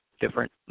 different